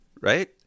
right